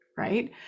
Right